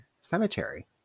cemetery